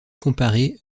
comparée